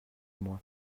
moi